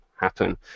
happen